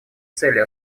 цели